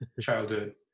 childhood